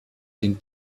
den